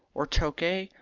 or tokay,